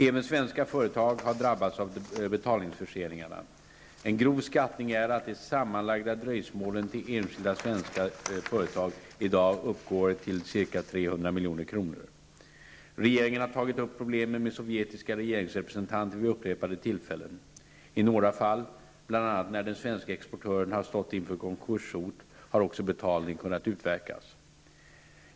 Även svenska företag har drabbats av betalningsförseningarna. En grov skattning är att de sammanlagda dröjsmålen till enskilda svenska företag i dag gäller ca 300 milj.kr. Regeringen har tagit upp problemen med sovjetiska regeringsrepresentanter vid upprepade tillfällen. I några fall, bl.a. när den svenske exportören stått inför konkurshot, har också betalning kunnat utverkas.